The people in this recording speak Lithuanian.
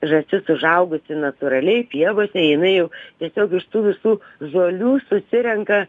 žąstis užaugusi natūraliai pievose jinai jau tiesiog iš tų visų žolių susirenka